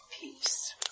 peace